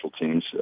teams